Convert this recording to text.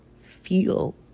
feel